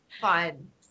fun